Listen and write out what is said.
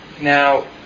Now